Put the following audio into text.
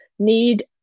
need